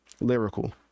lyrical